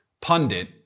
pundit